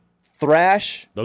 Thrash